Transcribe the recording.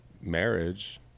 marriage